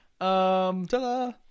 Ta-da